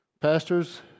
Pastors